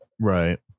right